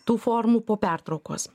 tų formų po pertraukos